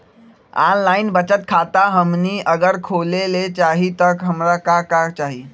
Online बचत खाता हमनी अगर खोले के चाहि त हमरा का का चाहि?